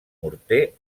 morter